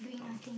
ah